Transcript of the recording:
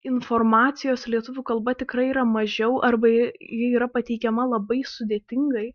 informacijos lietuvių kalba tikrai yra mažiau arba ji yra pateikiama labai sudėtingai